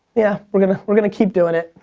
yeah. we're gonna we're gonna keep doing it,